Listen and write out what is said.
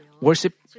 worship